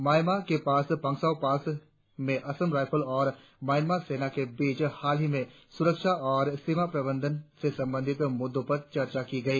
Myanmar के पास Pangsau pass में असम राईफल और म्यांमार सेना के बीच हालही में सुरक्षा और सीमा प्रबंधन से संबंधित मुद्दों पर चर्चा की गई